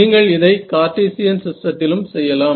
நீங்கள் இதை கார்ட்டீசியன் சிஸ்டத்திலும் செய்யலாம்